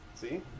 See